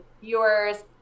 viewers